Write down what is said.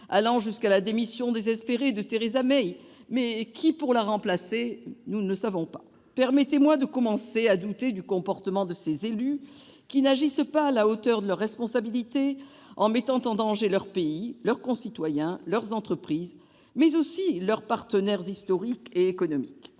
allant jusqu'à la démission désespérée de Theresa May ! Mais qui pour la remplacer ? Nous ne le savons pas. Permettez-moi de commencer à douter du comportement de ces élus qui n'agissent pas à la hauteur de leurs responsabilités, en mettant en danger leur pays, leurs concitoyens, leurs entreprises, mais aussi leurs partenaires historiques et économiques.